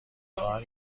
خواهم